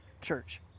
church